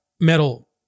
metal